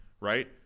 right